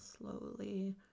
Slowly